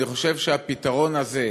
אני חושב שהפתרון הזה,